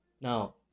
Now